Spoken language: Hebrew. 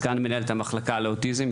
סגן מנהלת המחלקה לאוטיזם,